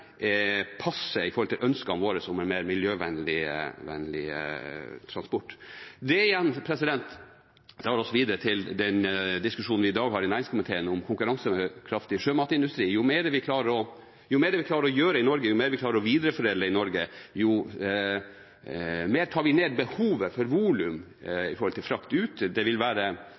ønskene våre om en mer miljøvennlig transport. Det tar oss videre til den diskusjonen vi i dag har i næringskomiteen om en konkurransekraftig sjømatindustri. Jo mer vi klarer å gjøre i Norge, jo mer vi klarer å videreforedle i Norge, jo mer tar vi ned behovet for volum når det gjelder frakt ut. Det vil være